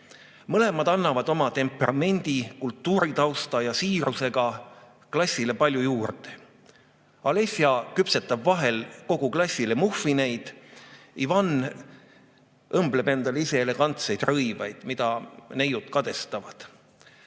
Mõlemad annavad oma temperamendi, kultuuritausta ja siirusega klassile palju juurde. Alesja küpsetab vahel kogu klassile muffineid, Ivan õmbleb endale ise elegantseid rõivaid, mida neiud kadestavad.